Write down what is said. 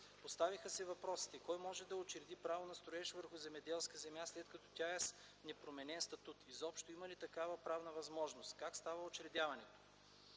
Поставиха се въпросите: Кой може да учреди право на строеж върху земеделска земя, след като тя е с непроменен статут? Изобщо има ли такава правна възможност? Как става учредяването?